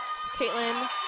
Caitlin